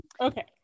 okay